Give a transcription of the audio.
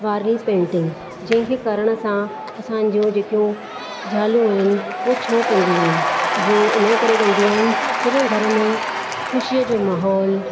वारली painting जंहिंखे करण सां असांजियूं जेकियूं ज़ालूं आहिनि हो छो कंदियूं आहिनि वो उन करे कंदियूं आहिनि जॾहिं घर में ख़ुशीअ जो माहौल